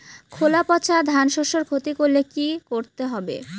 খোলা পচা ধানশস্যের ক্ষতি করলে কি করতে হবে?